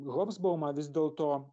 hobsbomą vis dėl to